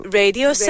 radio